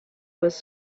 was